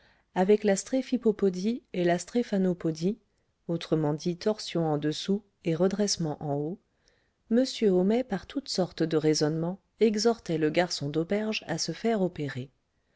avec la stréphypopodie et la stréphanopodie autrement dit torsion en dessous et redressement en haut m homais par toute sorte de raisonnements exhortait le garçon d'auberge à se faire opérer